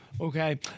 okay